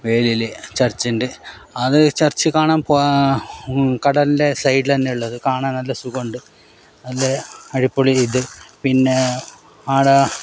വേലിയിൽ ചർച്ചുണ്ട് അത് ചർച്ച് കാണാൻ പോകുക കടലിൻ്റെ സൈഡിൽ തന്നെയുള്ളത് കാണാൻ നല്ല സുഖമുണ്ട് അതിൽ അടിപൊളി ഇതു പിന്നെ ആടെ